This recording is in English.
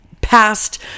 past